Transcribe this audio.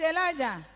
Elijah